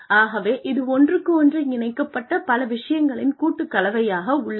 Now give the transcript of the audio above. ஆகவே இது ஒன்றுக்கொன்று இணைக்கப்பட்ட பல விஷயங்களின் கூட்டுக் கலவையாக உள்ளது